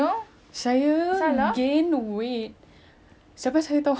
saya tahu awak saya kenal awak saya gain weight like crazy